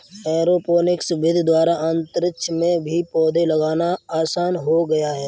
aeroponics विधि द्वारा अंतरिक्ष में भी पौधे लगाना आसान हो गया है